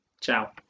Ciao